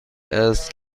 است